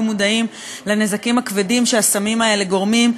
מודעים לנזקים הכבדים שהסמים האלה גורמים,